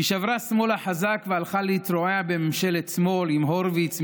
היא שברה שמאלה חזק והלכה להתרועע בממשלת שמאל עם הורביץ,